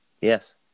Yes